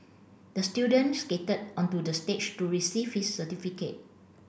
the student skated onto the stage to receive his certificate